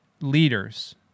leaders